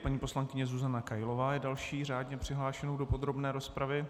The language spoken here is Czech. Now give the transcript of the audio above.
Paní poslankyně Zuzana Kailová je další řádně přihlášenou do podrobné rozpravy.